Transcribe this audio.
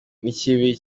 n’ikibi